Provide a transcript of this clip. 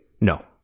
No